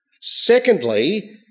Secondly